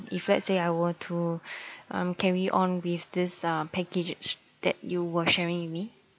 if let's say I were to um carry on with this uh packages that you were sharing with me